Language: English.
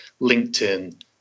LinkedIn